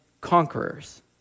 conquerors